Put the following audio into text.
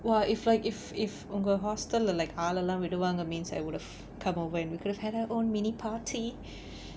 !wah! if like if if ஒங்க:onga hostel lah like ஆளெல்லாம் விடுவாங்க:aalellaam viduvaanga means I would've come over and we could've had our own mini party